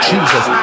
Jesus